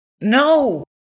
No